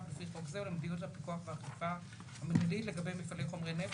לפי חוק זה ולמדיניות הפיקוח והאכיפה המנהלית לגבי חומרי נפץ,